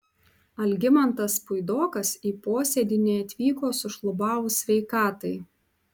algimantas puidokas į posėdį neatvyko sušlubavus sveikatai